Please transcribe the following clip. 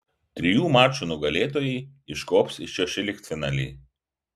trijų mačų nugalėtojai iškops į šešioliktfinalį